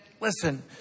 listen